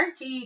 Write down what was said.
RT